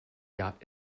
yacht